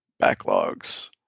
backlogs